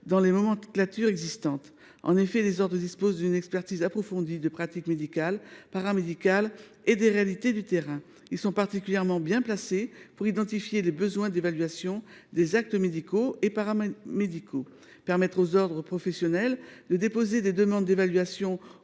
dans les nomenclatures existantes. En effet, les ordres professionnels disposent d’une expertise approfondie des pratiques médicales et paramédicales et des réalités du terrain. Ils sont particulièrement bien placés pour identifier les besoins d’évaluation des actes médicaux et paramédicaux. Permettre à ces ordres de déposer des demandes d’évaluation